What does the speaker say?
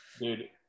Dude